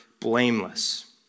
blameless